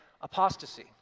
apostasy